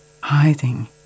hiding